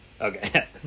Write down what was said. Okay